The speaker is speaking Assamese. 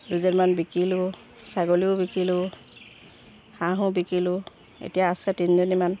দুজনমান বিকিলো ছাগলীও বিকিলো হাঁহো বিকিলো এতিয়া আছে তিনিজনীমান